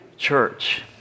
Church